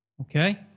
Okay